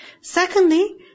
Secondly